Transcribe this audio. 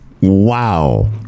Wow